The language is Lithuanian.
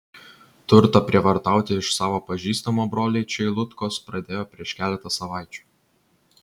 turtą prievartauti iš savo pažįstamo broliai čeilutkos pradėjo prieš keletą savaičių